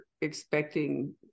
expecting